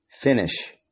finish